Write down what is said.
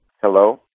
Hello